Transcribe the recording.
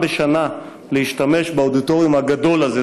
בשנה להשתמש באודיטוריום הגדול הזה,